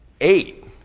eight